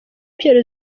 pierre